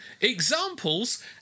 examples